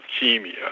leukemia